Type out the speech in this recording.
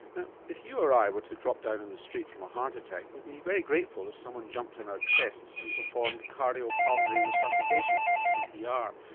but if you or i were to drop down in the street from a heart attack, we'd be very grateful if someone jumped on our chests and performed cardiopulmonary resuscitation, cpr,